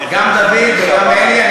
גם דוד וגם אלי,